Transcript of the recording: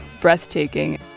breathtaking